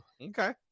okay